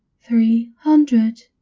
three hundred,